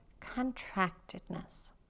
contractedness